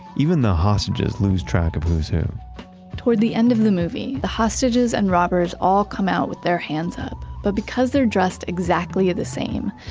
even the hostages lose track of who's who toward the end of the movie, the hostages and robbers all come out with their hands up. but because they're dressed exactly the same,